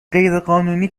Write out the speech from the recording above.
غیرقانونی